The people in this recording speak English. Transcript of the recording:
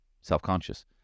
self-conscious